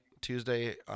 Tuesday